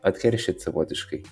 atkeršyt savotiškai